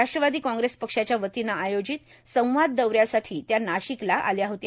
राष्ट्रवादी काँग्रेस पक्षाच्या वतीनं आयोजित संवाद दौऱ्यासाठी त्या नाशिकला आल्या होत्या